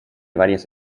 varias